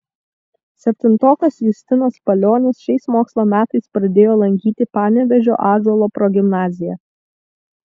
septintokas justinas palionis šiais mokslo metais pradėjo lankyti panevėžio ąžuolo progimnaziją